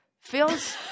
Feels